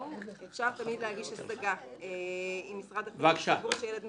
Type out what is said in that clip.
אפשר תמיד להגיש השגה אם משרד החינוך סבור שילד מסוים לא זכאי להסעה.